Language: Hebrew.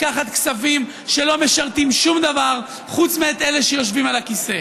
לקחת כספים שלא משרתים שום דבר חוץ מאת אלה שיושבים על הכיסא.